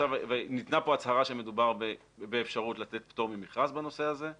ניתנה פה הצהרה שמדובר באפשרות לתת פטור ממכרז בנושא הזה,